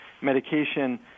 medication